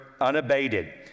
unabated